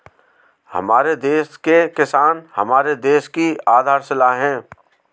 हमारे देश के किसान हमारे देश की आधारशिला है